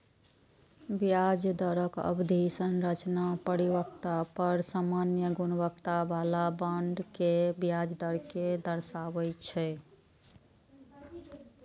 ब्याज दरक अवधि संरचना परिपक्वता पर सामान्य गुणवत्ता बला बांड के ब्याज दर कें दर्शाबै छै